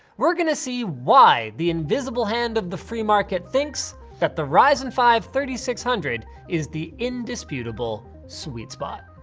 we're gonna see why the invisible hand of the free market thinks that the ryzen five three thousand six hundred is the indisputable sweet spot.